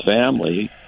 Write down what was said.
family